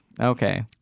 okay